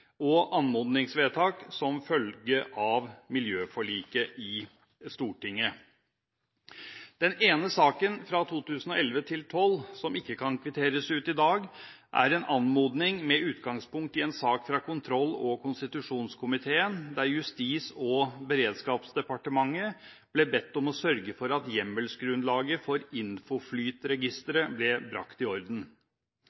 og anmodningsvedtak som følge av miljøforliket i Stortinget. Den ene saken fra 2011–2012 som ikke kan kvitteres ut i dag, er en anmodning med utgangspunkt i en sak fra kontroll- og konstitusjonskomiteen der Justis- og beredskapsdepartementet ble bedt om å sørge for at hjemmelsgrunnlaget for